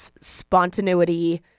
spontaneity